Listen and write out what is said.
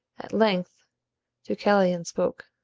at length deucalion spoke